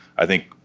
i think,